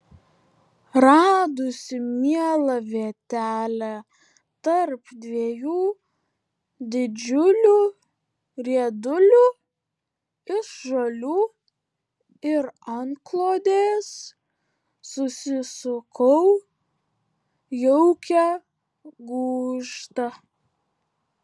radusi mielą vietelę tarp dviejų didžiulių riedulių iš žolių ir antklodės susisukau jaukią gūžtą